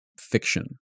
fiction